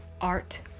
art